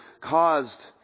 caused